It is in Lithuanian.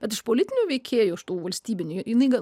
bet iš politinių veikėjų iš tų valstybinių jinai